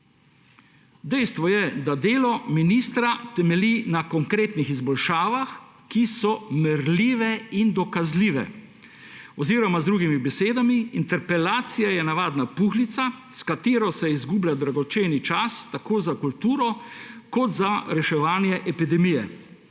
Dejstvo je, da delo ministra temelji na konkretnih izboljšavah, ki so merljive in dokazljive, oziroma z drugimi besedami, interpelacija je navadna puhlica, s katero se izgublja dragoceni čas tako za kulturo kot za reševanje epidemije.